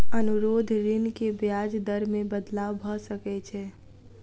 अनुरोध ऋण के ब्याज दर मे बदलाव भ सकै छै